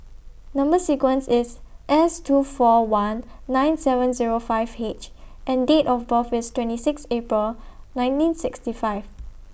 Number sequence IS S two four one nine seven Zero five H and Date of birth IS twenty six April nineteen sixty five